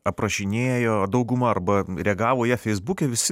aprašinėjo dauguma arba reagavo į ją feisbuke visi